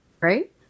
right